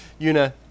Yuna